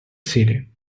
silly